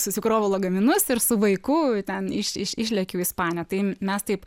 susikroviau lagaminus ir su vaiku ten iš iš išlėkiau į ispaniją tai mes taip